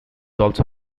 also